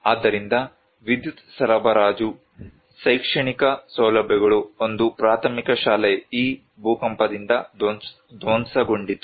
ಆದ್ದರಿಂದ ವಿದ್ಯುತ್ ಸರಬರಾಜು ಶೈಕ್ಷಣಿಕ ಸೌಲಭ್ಯಗಳು ಒಂದು ಪ್ರಾಥಮಿಕ ಶಾಲೆ ಈ ಭೂಕಂಪದಿಂದ ಧ್ವಂಸಗೊಂಡಿತು